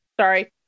Sorry